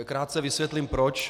Krátce vysvětlím proč.